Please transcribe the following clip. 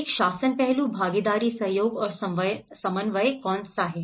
एक शासन पहलू भागीदारी सहयोग और समन्वय कौन सा है